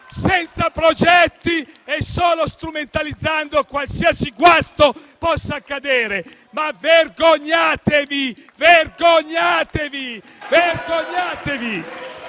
senza progetti e solo strumentalizzando qualsiasi guasto possa accadere. Vergognatevi! Vergognatevi! Vergognatevi!